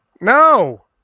no